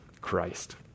Christ